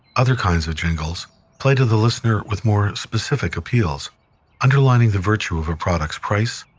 other kinds of jingles play to the listener with more specific appeals underlining the virtue of a product's price,